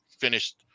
finished